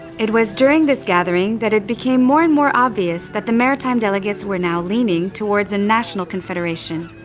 it was during this gathering that it became more and more obvious that the maritime delegates were now leaning towards a national confederation.